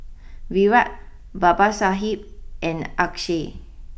Virat Babasaheb and Akshay